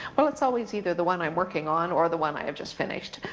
well, it's always either the one i'm working on or the one i have just finished,